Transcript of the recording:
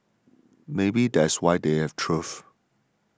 maybe that's why they've thrived